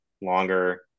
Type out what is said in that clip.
Longer